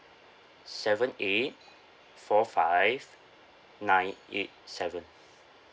seven eight four five nine eight seven